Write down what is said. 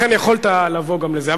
לכן יכולת לבוא גם לזה.